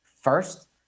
first